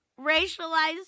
racialized